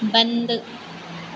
बन्द